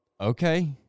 okay